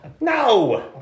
No